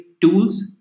tools